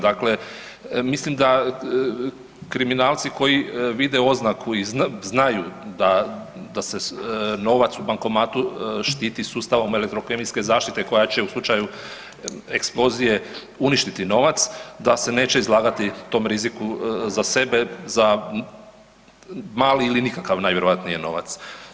Dakle, mislim da kriminalci koji vide oznaku i znaju da, da se novac u bankomatu štiti sustavom elektrokemijske zaštite koja će u slučaju eksplozije uništiti novac da se neće izlagati tom riziku za sebe, za mali ili nikakav najvjerojatnije novac.